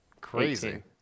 Crazy